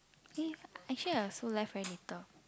eh actually I also left very little